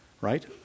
right